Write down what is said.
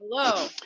Hello